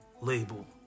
label